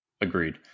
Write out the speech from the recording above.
Agreed